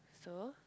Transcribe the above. so